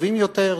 טובים יותר,